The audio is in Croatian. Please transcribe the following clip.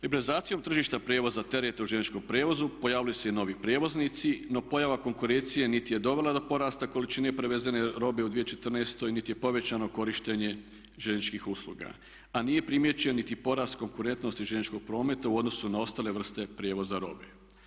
Liberalizacijom tržišta prijevoza tereta u željezničkom prijevozu pojavili su se i novi prijevoznici, no pojava konkurencije niti je dovela do porasta količine prevezene robe u 2014. niti je povećano korištenje željezničkih usluga, a nije primijećen niti porast konkurentnosti željezničkog prometa u odnosu na ostale vrste prijevoza robe.